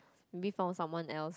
maybe found someone else